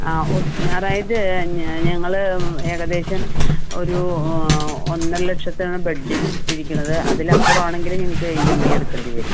ആ ഓ അതായത് ഞങ്ങൾ ഏകദേശം ഒരു ഒന്നര ലക്ഷത്തിനാണ് ബഡ്ജറ്റ് ഇട്ട് ഇരിക്കണത് അതിൽ അപ്പുറം ആണെങ്കിൽ ഞങ്ങൾക്ക് ഇഎംഐ എടുക്കേണ്ടി വരും